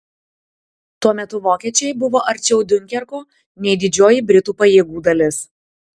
tuo metu vokiečiai buvo arčiau diunkerko nei didžioji britų pajėgų dalis